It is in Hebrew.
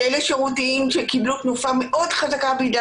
שאלה שירותים שקיבלו תנופה מאוד גדולה בגלל